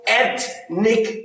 ethnic